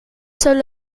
solo